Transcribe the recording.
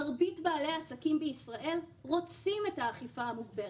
מרבית בעלי העסקים בישראל רוצים את האכיפה המוגברת.